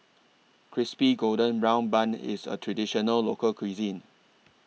Crispy Golden Brown Bun IS A Traditional Local Cuisine